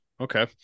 Okay